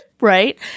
Right